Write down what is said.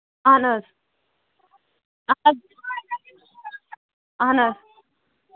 اَہَن حظ اَدٕ اَہَن حظ